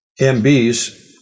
MBs